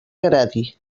agradi